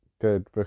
good